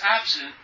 absent